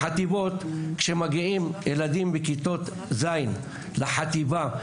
כשמגיעים ילדים בכיתות ז' לחטיבה,